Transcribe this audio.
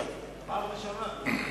פעם ראשונה.